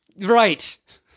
right